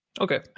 Okay